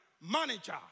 manager